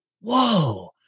whoa